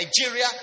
Nigeria